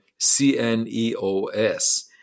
CNEOS